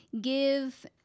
give